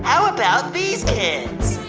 and about these kids?